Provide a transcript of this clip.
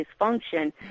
dysfunction